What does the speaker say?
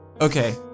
Okay